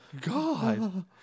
God